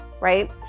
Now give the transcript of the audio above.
right